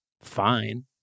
fine